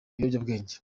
ibiyobyabwenge